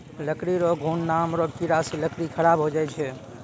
लकड़ी रो घुन नाम रो कीड़ा से लकड़ी खराब होय जाय छै